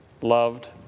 loved